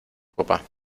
papá